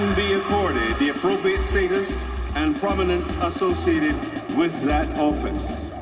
be accorded the appropriate status and prominence associated with that office.